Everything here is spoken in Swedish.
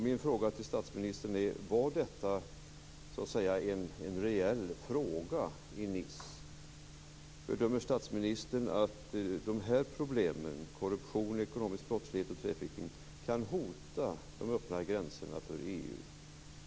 Min fråga till statsministern är: Var detta så att säga en reell fråga i Nice? Bedömer statsministern att dessa problem, korruption, ekonomisk brottslighet och trafficking, kan hota de öppna gränserna för EU?